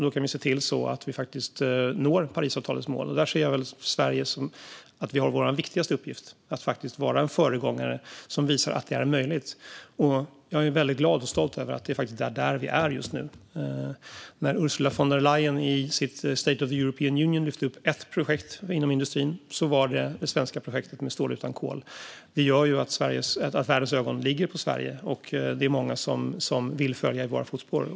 Då kan vi se till att vi når Parisavtalets mål. Där ser jag att vi i Sverige har vår viktigaste uppgift i att vara en föregångare som visar att det är möjligt. Jag är väldigt glad och stolt över att det är där vi är just nu. Ursula von der Leyen lyfte upp ett projekt inom industrin i sitt State of the European Union-tal, och det var det svenska projektet med stål utan kol. Det gör att världens ögon riktas mot Sverige. Det är många som vill följa i våra fotspår.